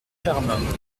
germain